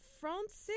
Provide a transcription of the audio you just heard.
francis